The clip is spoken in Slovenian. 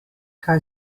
kaj